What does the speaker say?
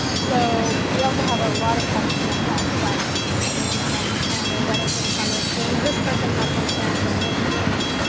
so we also have a lot of questions and about weddings. everyone's trying to plan their wedding for the summer. it seems this person has one plan for mid june.